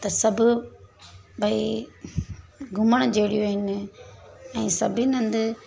त सभु भई घुमण जहिड़ियूं आहिनि ऐं सभिनी हंदि